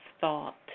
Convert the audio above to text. thought